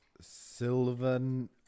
sylvan